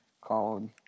called